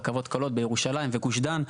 הרכבות הקלות בירושלים וגוש דן,